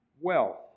wealth